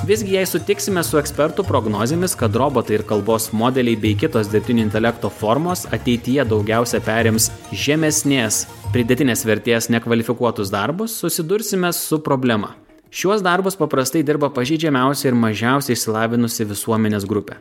visgi jei sutiksime su ekspertų prognozėmis kad robotai ir kalbos modeliai bei kitos dirbtinio intelekto formos ateityje daugiausiai perims žemesnės pridėtinės vertės nekvalifikuotus darbus susidursime su problema šiuos darbus paprastai dirba pažeidžiamiausia ir mažiausiai išsilavinusi visuomenės grupė